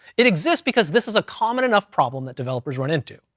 it exists because this is a common enough problem that developers run into,